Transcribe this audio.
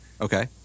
Okay